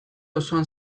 osoan